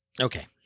Okay